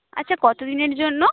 আচ্ছা কতদিনের জন্য